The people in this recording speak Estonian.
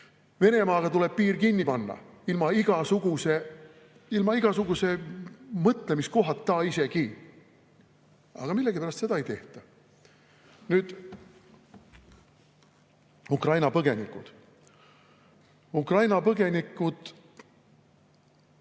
Venemaaga tuleb piir kinni panna ilma igasuguse mõtlemiskohata, aga millegipärast seda ei tehta. Nüüd Ukraina põgenikest. Me peaksime